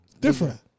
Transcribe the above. different